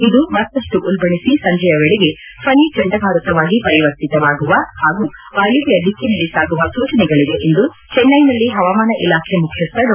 ಇದು ಮತ್ತಪ್ಪು ಉಲ್ಲಣಿಸಿ ಸಂಜೆಯ ವೇಳೆಗೆ ಫನಿ ಚಂಡಮಾರುತವಾಗಿ ಪರಿವರ್ತಿತವಾಗುವ ಹಾಗೂ ವಾಯವ್ದ ದಿಕ್ಕಿನೆಡೆ ಸಾಗುವ ಸೂಚನೆಗಳವೆ ಎಂದು ಚೆನ್ನೈನಲ್ಲಿ ಹವಾಮಾನ ಇಲಾಖೆ ಮುಖ್ಯಸ್ವ ಡಾ